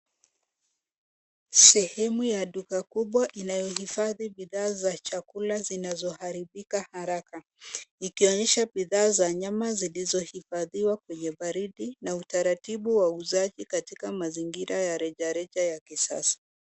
Sehemu ya duka kubwa inayo hifadhi bidhaa za chakula zinazo haribika haraka, ikionyesha bidhaa za nyama zilizo hifadhiwa kwenye baridi na utaratibu wa uuzaji katika mazingira ya rejareja ya kisasa.